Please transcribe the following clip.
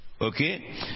okay